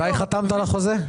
מתי חתמת על החוזה?